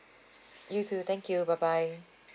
you too thank you bye bye